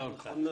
יפה מאוד.